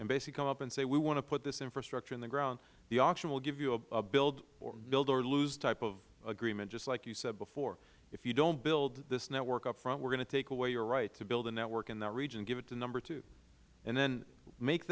and basically come up and say we want to put this infrastructure in the ground the auction will give you a build or lose type of agreement just as you said before if you don't build this network up front we are going to take away your rights to build a network in that region give it to number two and then make